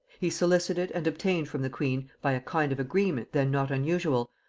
he solicited and obtained from the queen, by a kind of agreement then not unusual,